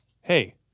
Hey